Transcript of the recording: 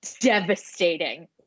devastating